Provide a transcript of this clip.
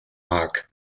mag